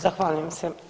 Zahvaljujem se.